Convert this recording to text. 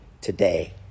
today